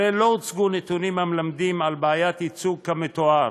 הרי לא הוצגו נתונים המלמדים על בעיית ייצוג כמתואר.